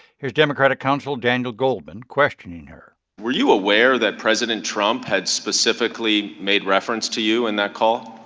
here's democratic counsel daniel goldman questioning her were you aware that president trump had specifically made reference to you in that call?